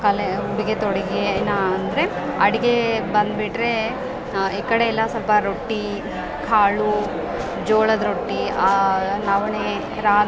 ಕಲೆ ಉಡಿಗೆ ತೊಡಿಗೆ ಅಂದರೆ ಅಡಿಗೆ ಬಂದುಬಿಟ್ರೆ ಈ ಕಡೆ ಎಲ್ಲ ಸ್ವಲ್ಪ ರೊಟ್ಟಿ ಕಾಳು ಜೋಳದ ರೊಟ್ಟಿ ನವಣೆ ರಾಗಿ